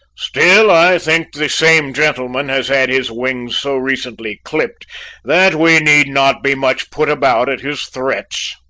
still, i think the same gentleman has had his wings so recently clipped that we need not be much put about at his threats.